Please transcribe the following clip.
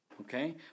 okay